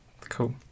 Cool